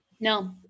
No